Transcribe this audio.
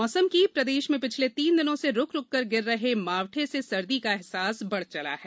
मौसम प्रदेश में पिछले तीन दिनों से रुक रुक कर गिर रहे मावठे से सर्दी का अहसास बढ़ चला है